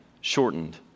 shortened